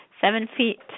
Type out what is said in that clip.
seven-feet